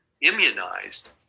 immunized